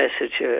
message